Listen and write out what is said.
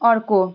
अर्को